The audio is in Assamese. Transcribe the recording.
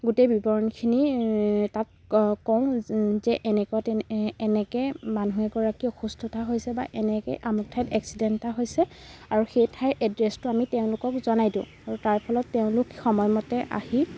গোটেই বিৱৰণখিনি তাত কওঁ যে এনেকুৱা তে এনেকৈ মানুহ এগৰাকী অসুস্থতা হৈছে বা এনেকৈ অমুক ঠাইত এক্সিডেণ্ট এটা হৈছে আৰু সেই ঠাইৰ এড্ৰেছটো আমি তেওঁলোকক জনাই দিওঁ আৰু তাৰফলত তেওঁলোক সময়মতে আহি